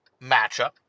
matchup